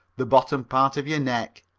the bottom part of your neck.